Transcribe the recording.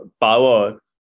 power